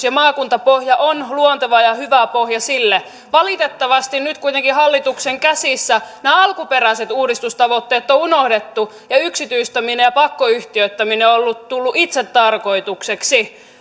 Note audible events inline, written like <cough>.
<unintelligible> ja maakuntapohja on luonteva ja hyvä pohja sille valitettavasti nyt kuitenkin hallituksen käsissä nämä alkuperäiset uudistustavoitteet on unohdettu ja yksityistäminen ja pakkoyhtiöittäminen ovat tulleet itsetarkoitukseksi